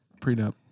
Prenup